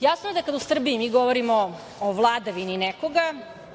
je da u Srbiji kada mi govorimo o vladavini nekoga,